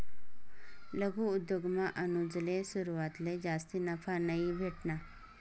लघु उद्योगमा अनुजले सुरवातले जास्ती नफा नयी भेटना